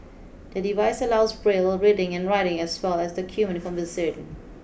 the device allows Braille reading and writing as well as document conversion